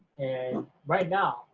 and right now,